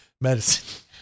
medicine